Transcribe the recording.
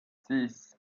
six